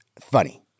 Funny